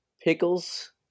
pickles